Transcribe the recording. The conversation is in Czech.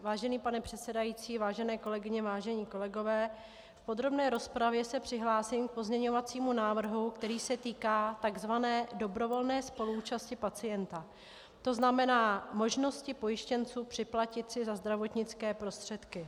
Vážený pane předsedající, vážené kolegyně, vážení kolegové, v podrobné rozpravě se přihlásím k pozměňovacímu návrhu, který se týká tzv. dobrovolné spoluúčasti pacienta, tzn. možnosti pojištěnců připlatit si za zdravotnické prostředky.